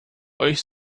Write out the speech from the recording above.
euch